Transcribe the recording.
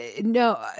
No